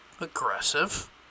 Aggressive